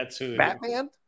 Batman